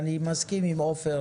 אני מסכים עם עופר